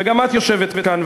וגם את יושבת כאן.